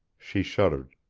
she shuddered.